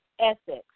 ethics